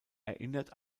erinnert